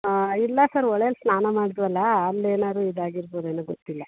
ಹಾಂ ಇಲ್ಲ ಸರ್ ಹೊಳೇಲ್ ಸ್ನಾನ ಮಾಡಿದ್ವಲ್ಲ ಅಲ್ಲಿ ಏನಾದ್ರು ಇದಾಗಿರ್ಬೌದೇನೊ ಗೊತ್ತಿಲ್ಲ